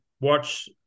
watch